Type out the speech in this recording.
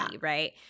right